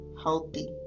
healthy